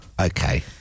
Okay